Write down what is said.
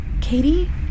Katie